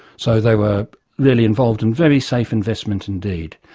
so they were really involved in very safe investment indeed.